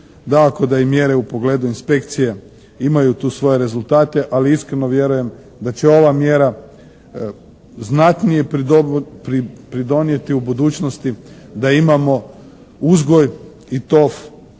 da im mjere u pogledu inspekcije imaju tu svoje rezultate ali iskreno vjerujem da će ova mjera znatnije pridonijeti u budućnosti da imamo uzgoj i tov